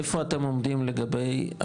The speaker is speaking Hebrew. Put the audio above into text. איפה אתם עומדים לגבי,